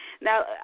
Now